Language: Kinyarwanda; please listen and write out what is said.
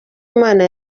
imana